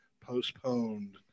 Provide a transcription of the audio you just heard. postponed